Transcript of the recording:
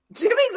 Jimmy's